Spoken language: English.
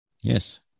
Yes